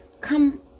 Come